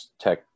tech